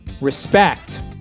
Respect